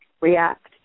react